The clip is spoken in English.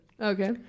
Okay